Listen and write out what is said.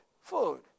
food